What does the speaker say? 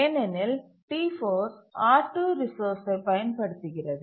ஏனெனில் T4 R2 ரிசோர்ஸ்சை பயன்படுத்துகிறது